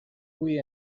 hui